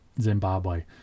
Zimbabwe